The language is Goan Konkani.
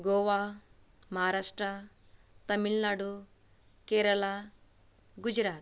गोवा महाराष्ट्रा तमिळनाडू केरळा गुजरात